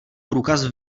průkaz